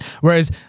whereas